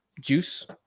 juice